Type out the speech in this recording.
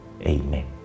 Amen